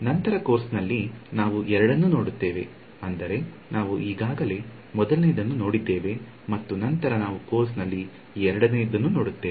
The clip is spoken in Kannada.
ನಂತರ ಕೋರ್ಸ್ನಲ್ಲಿ ನಾವು ಎರಡನ್ನೂ ನೋಡುತ್ತೇವೆ ಅಂದರೆ ನಾವು ಈಗಾಗಲೇ ಮೊದಲನೆಯದನ್ನು ನೋಡಿದ್ದೇವೆ ಮತ್ತು ನಂತರ ನಾವು ಕೋರ್ಸ್ ಅಲ್ಲಿ ಎರಡನೆಯದನ್ನು ನೋಡುತ್ತೇವೆ